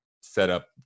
setup